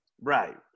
Right